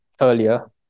earlier